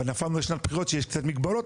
אבל יש בחירות שיש קצת מגבלות,